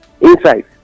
inside